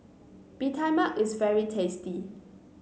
Bee Tai Mak is very tasty